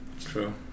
True